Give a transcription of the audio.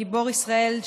גיבור ישראל,